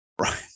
right